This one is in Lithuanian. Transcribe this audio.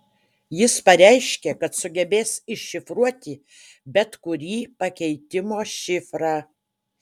jis pareiškė kad sugebės iššifruoti bet kurį pakeitimo šifrą